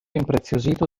impreziosito